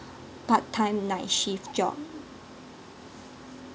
part time night shift job